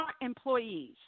employees